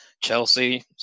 Chelsea